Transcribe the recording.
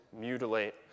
mutilate